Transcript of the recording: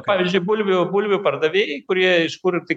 pavyzdžiui bulvių bulvių pardavėjai kurie iš kur tik